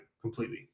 completely